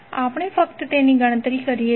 આપણે ફક્ત તેની ગણતરી કરીએ છીએ